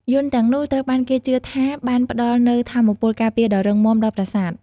យន្តទាំងនោះត្រូវបានគេជឿថាបានផ្តល់នូវថាមពលការពារដ៏រឹងមាំដល់ប្រាសាទ។